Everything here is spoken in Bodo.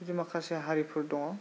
बिदि माखासे हारिफोर दङ